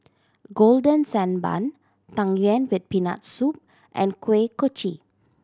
Golden Sand Bun Tang Yuen with Peanut Soup and Kuih Kochi